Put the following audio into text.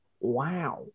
Wow